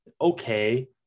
okay